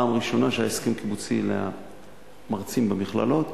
פעם ראשונה שהיה הסכם קיבוצי למרצים במכללות,